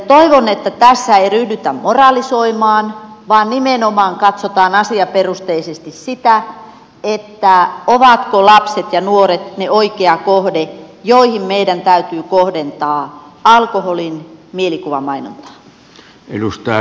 toivon että tässä ei ryhdytä moralisoimaan vaan nimenomaan katsotaan asiaperusteisesti sitä ovatko lapset ja nuoret ne oikea kohde joihin meidän täytyy kohdentaa alkoholin mielikuvamainontaa